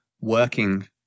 working